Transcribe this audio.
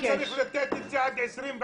צריך לתת את זה עד 2030,